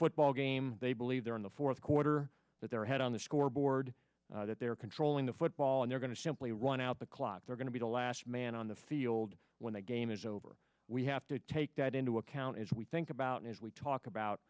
football game they believe they're in the fourth quarter but their head on the scoreboard that they're controlling the football and they're going to simply run out the clock they're going to be the last man on the field when the game is over we have to take that into account as we think about as we talk about